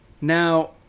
Now